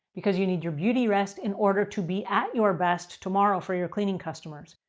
because you need your beauty rest in order to be at your best tomorrow for your cleaning customers.